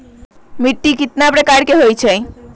मिट्टी कतना प्रकार के होवैछे?